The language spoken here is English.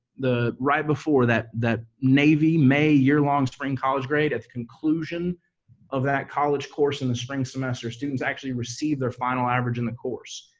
right before, that that navy may yearlong spring college grade. at conclusion of that college course in the spring semester, students actually receive their final average in the course,